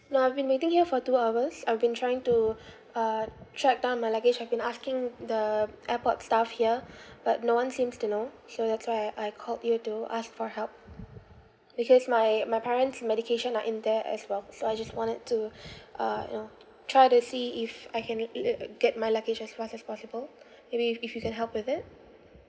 no I've been waiting here for two hours I've been trying to uh track down my luggage I've been asking the airport staff here but no one seems to know so that's why I I called you to ask for help because my my parents' medication are in there as well so I just wanted to uh you know try to see if I can le~ uh get my luggage as fast as possible maybe if if you can help with it